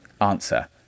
answer